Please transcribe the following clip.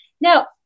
Now